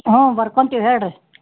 ಹ್ಞೂ ಬರ್ಕೊಂತೀವಿ ಹೇಳಿರಿ